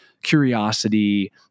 curiosity